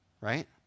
right